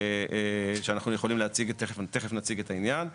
אנחנו יכולים להציג, תכף נציג את העניין.